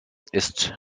ist